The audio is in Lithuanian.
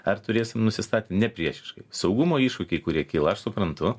ar turėsim nusistatę nepriešiškai saugumo iššūkiai kurie kyla aš suprantu